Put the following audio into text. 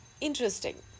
interesting